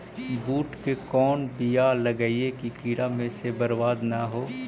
बुंट के कौन बियाह लगइयै कि कीड़ा से बरबाद न हो?